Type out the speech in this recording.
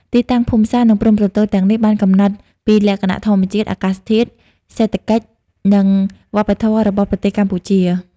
ទីតាំងភូមិសាស្ត្រ និងព្រំប្រទល់ទាំងនេះបានកំណត់ពីលក្ខណៈធម្មជាតិ អាកាសធាតុ សេដ្ឋកិច្ច និងវប្បធម៌របស់ប្រទេសកម្ពុជា។